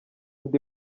undi